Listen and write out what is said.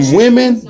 women